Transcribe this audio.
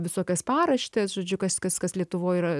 visokias paraštes žodžiu kas kas kas lietuvoje yra